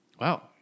Wow